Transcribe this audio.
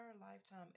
lifetime